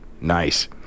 nice